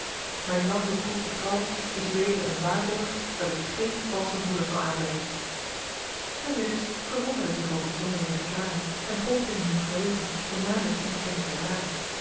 mijn lang beproefde trouw is uedele een waarborg dat ik geen valse broeder zal aanbrengen de ridders verwonderden zich over die zonderlinge verklaring en poogden in hun geheugen de naam des onbekenden te raden